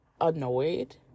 Annoyed